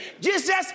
Jesus